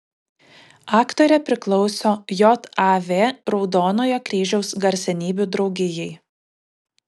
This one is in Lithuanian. aktorė priklauso jav raudonojo kryžiaus garsenybių draugijai